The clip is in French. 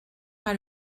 par